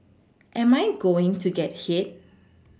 am I going to get hit